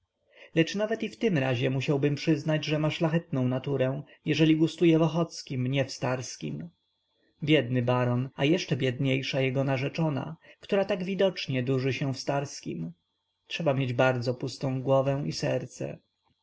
lecz nawet i w tym razie musiałbym przyznać że ma szlachetną naturę jeżeli gustuje w ochockim nie w starskim biedny baron a jeszcze biedniejsza jego narzeczona która tak widocznie durzy się w starskim trzeba mieć bardzo pustą głowę i serce